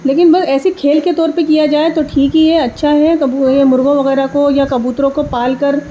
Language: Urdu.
لیکن بس ایسے ہی کھیل کے طور پہ کیا جائے تو ٹھیک ہی ہے اچھا ہے مرغوں وغیرہ کو یا کبوتروں کو پال کر